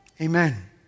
Amen